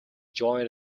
joined